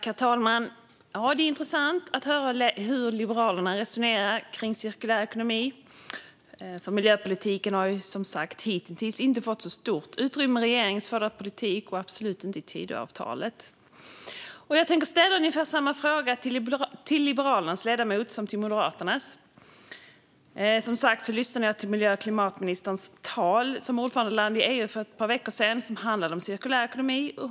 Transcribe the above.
Herr talman! Det är intressant att höra hur Liberalerna resonerar när det gäller cirkulär ekonomi, för miljöpolitiken har som sagt hitintills inte fått så stort utrymme i regeringens förda politik och absolut inte i Tidöavtalet. Jag tänker ställa ungefär samma fråga till Liberalernas ledamot som till Moderaternas. Jag lyssnade till miljö och klimatministerns tal för ett par veckor sedan med anledning av att Sverige är ordförandeland i EU. Det handlade om cirkulär ekonomi.